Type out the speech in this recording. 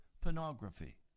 pornography